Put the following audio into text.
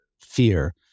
fear